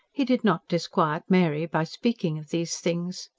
he did not disquiet mary by speaking of these things.